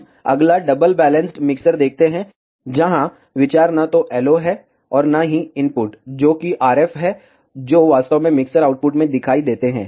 हम अगला double balanced mixer देखते हैं जहां विचार न तो LO है और न ही इनपुट जो कि RF है जो वास्तव में मिक्सर आउटपुट में दिखाई देते हैं